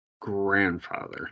grandfather